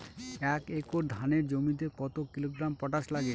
এক একর ধানের জমিতে কত কিলোগ্রাম পটাশ লাগে?